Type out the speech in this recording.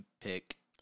pick